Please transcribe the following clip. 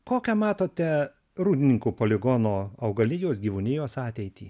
kokią matote rūdininkų poligono augalijos gyvūnijos ateitį